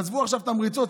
עזבו עכשיו את המריצות,